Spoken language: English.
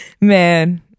Man